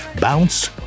Bounce